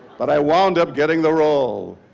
but i wound up getting the role.